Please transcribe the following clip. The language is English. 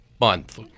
month